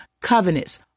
covenants